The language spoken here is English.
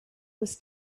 was